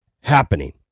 happening